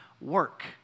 work